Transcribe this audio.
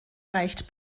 reicht